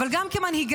אבל גם כמנהיגה,